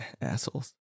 Assholes